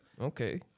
Okay